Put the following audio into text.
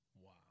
wow